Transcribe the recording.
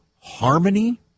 harmony